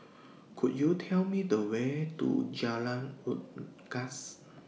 Could YOU Tell Me The Way to Jalan Unggas